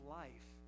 life